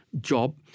job